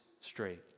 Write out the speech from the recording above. straight